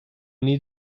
need